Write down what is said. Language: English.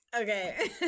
Okay